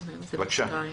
כן, בבקשה.